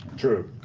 true.